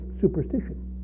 superstition